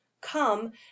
come